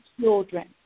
children